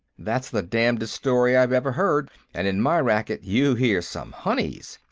that's the damnedest story i've ever heard, and in my racket you hear some honeys,